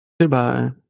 Goodbye